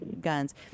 guns